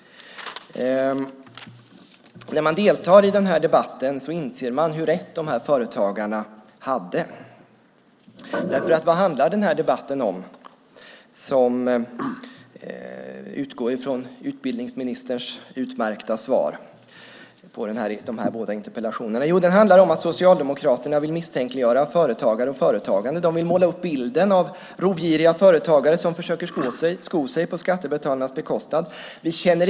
När man deltar i den här debatten inser man hur rätt de här företagarna hade. För vad handlar den här debatten, som utgår från utbildningsministerns utmärkta svar på de här båda interpellationerna, om? Jo, den handlar om att Socialdemokraterna vill misstänkliggöra företagare och företagande. De vill måla upp bilden av rovgiriga företagare som försöker sko sig på skattebetalarnas bekostnad. Herr talman!